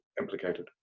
implicated